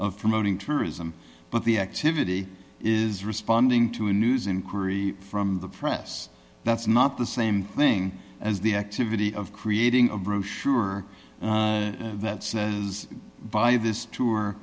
of promoting tourism but the activity is responding to a news inquiry from the press that's not the same thing as the activity of creating a brochure that says buy this tour